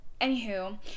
anywho